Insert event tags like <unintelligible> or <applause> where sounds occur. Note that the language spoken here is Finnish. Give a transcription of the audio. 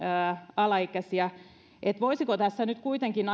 alaikäisiä voisiko tässä nyt kuitenkin <unintelligible>